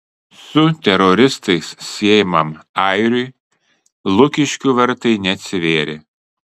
su teroristais siejamam airiui lukiškių vartai neatsivėrė